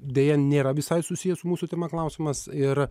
deja nėra visai susiję su mūsų tema klausimas ir